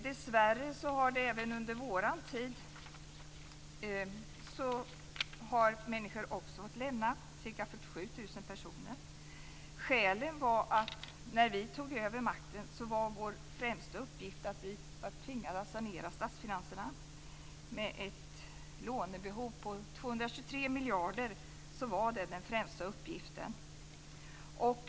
Dessvärre har människor även under vår regeringstid fått lämna kommunsektorn, ca 47 000 personer. Skälet var att när vi tog över makten var vår främsta uppgift att sanera statsfinanserna. Med ett lånebehov på 223 miljarder var det den främsta uppgiften.